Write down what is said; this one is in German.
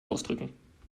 ausdrücken